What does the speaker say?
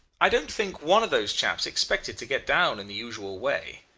i don't think one of those chaps expected to get down in the usual way.